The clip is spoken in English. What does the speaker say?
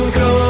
go